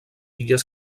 illes